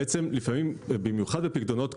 במיוחד בפיקדונות,